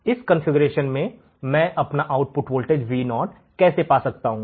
इस विशेष कॉन्फ़िगरेशन में मैं अपना आउटपुट वोल्टेज Vo कैसे पा सकता हूं